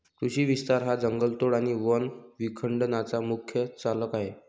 कृषी विस्तार हा जंगलतोड आणि वन विखंडनाचा मुख्य चालक आहे